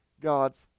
God's